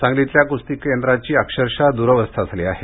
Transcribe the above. सांगलीतील क्रस्ती केंद्रांची अक्षरशः द्रावस्था झाली आहे